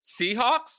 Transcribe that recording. Seahawks